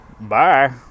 Bye